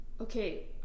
okay